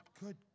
Good